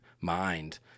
mind